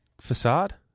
Facade